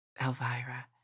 Elvira